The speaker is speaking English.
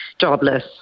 jobless